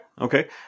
Okay